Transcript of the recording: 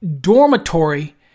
dormitory